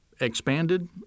Expanded